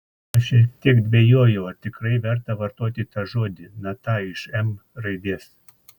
aš šiek tiek dvejojau ar tikrai verta vartoti tą žodį na tą iš m raidės